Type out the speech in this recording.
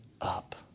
up